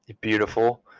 beautiful